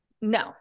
No